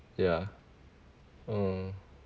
ya mm